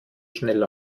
schnell